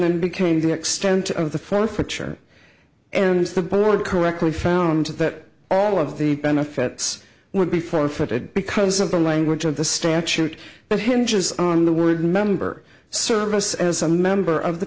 then became the extent of the forfeiture and if the board correctly found that all of the benefits would be forfeited because of the language of the statute but hinges on the word member service as a member of the